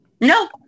No